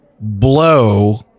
blow